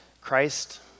Christ